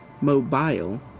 mobile